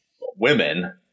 women